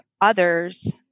others